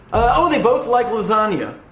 oh, they both like lasagna,